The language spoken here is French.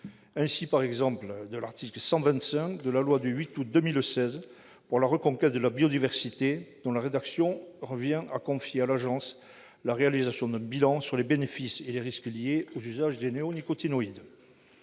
Ainsi, l'article 125 de la loi du 8 août 2016 pour la reconquête de la biodiversité, de la nature et des paysages confie à l'agence la réalisation d'un bilan sur les bénéfices et les risques liés aux usages des néonicotinoïdes.